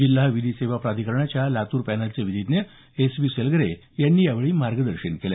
जिल्हा विधी सेवा प्राधिकरणाच्या लातूर पॅनलचे विधिज्ञ एस व्ही सलगरे यांनी यावेळी मार्गदर्शन केलं